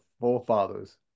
forefathers